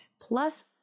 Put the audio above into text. plus